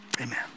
Amen